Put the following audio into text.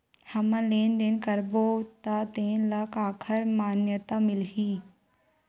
हमन लेन देन करबो त तेन ल काखर मान्यता मिलही?